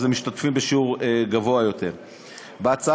אז הן משתתפות בשיעור גבוה יותר.